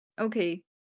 Okay